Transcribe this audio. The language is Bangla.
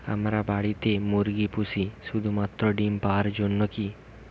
আমরা বাড়িতে মুরগি পুষি শুধু মাত্র ডিম পাওয়ার জন্যই কী?